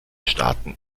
staaten